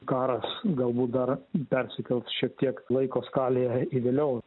karas galbūt dar persikels šiek tiek laiko skalėje į vėliau